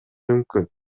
мүмкүн